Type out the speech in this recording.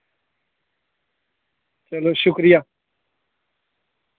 चलो शुक्रिया